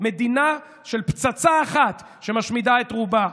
מדינה של פצצה אחת, שמשמידה את רובה.